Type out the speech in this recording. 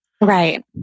Right